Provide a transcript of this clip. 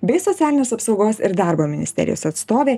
bei socialinės apsaugos ir darbo ministerijos atstovė